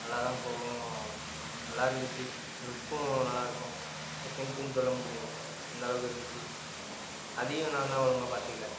நல்லா தான் போகும் நல்லா இருந்துச்சு லுக்கும் நல்லா இருக்கும் செகெண்ட்ஸுன்னு சொல்ல முடியாது அந்தளவுக்கு இருந்துச்சு அதையும் நான் தான் ஒழுங்காக பார்த்துக்கல